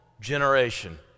generation